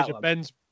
Ben's